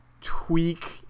Tweak